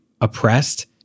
oppressed